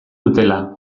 dutela